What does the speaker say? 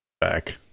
Back